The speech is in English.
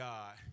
God